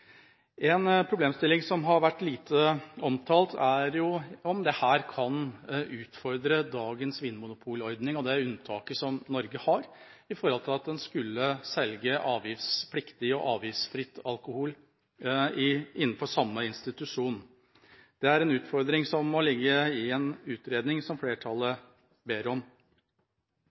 En problemstilling som har vært lite omtalt, er om dette kan utfordre dagens vinmonopolordning og det unntaket som Norge har med hensyn til at man skulle selge avgiftspliktig og avgiftsfri alkohol innenfor samme institusjon. Det er en utfordring som må ligge i en utredning som flertallet ber om.